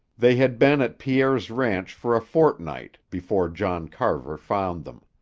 they had been at pierre's ranch for a fortnight before john carver found them.